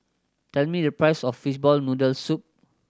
tell me the price of fishball noodle soup